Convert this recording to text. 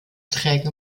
träge